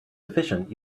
efficient